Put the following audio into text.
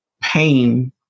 pain